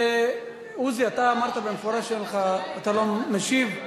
עוזי, אתה אמרת במפורש שאתה לא משיב,